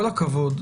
הכבוד,